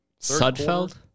Sudfeld